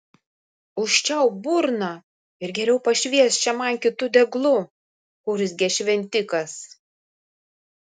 užčiaupk burną ir geriau pašviesk čia man kitu deglu urzgė šventikas